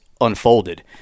unfolded